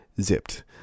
zipped